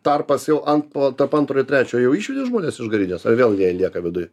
tarpas jau ant po tarp antro ir trečio jau išvedi žmones iš garinės ar vėl jie lieka viduj